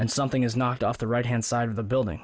and something is knocked off the right hand side of the building